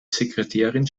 sekretärin